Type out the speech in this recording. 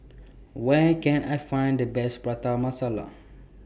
Where Can I Find The Best Prata Masala